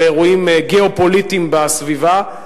באירועים גיאו-פוליטיים בסביבה,